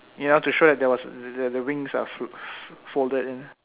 you know to show that there was the the the wings are fo~ folded in